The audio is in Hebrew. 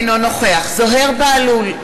אינו נוכח זוהיר בהלול,